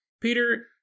Peter